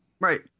Right